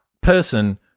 person